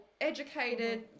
educated